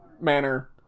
manner